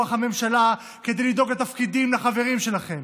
הממשלה כדי לדאוג לתפקידים לחברים שלכם.